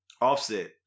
Offset